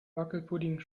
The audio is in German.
wackelpudding